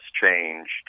changed